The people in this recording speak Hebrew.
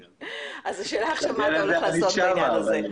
אז השאלה עכשיו מה אתה הולך לעשות עניין הזה?